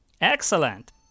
excellent